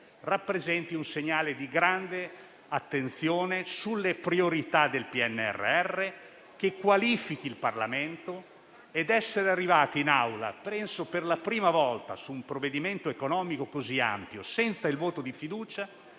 rappresenti un segnale di grande attenzione sulle priorità del PNRR, che qualifica il Parlamento ed essere arrivati in Assemblea - penso per la prima volta - su un provvedimento economico così ampio senza il voto di fiducia,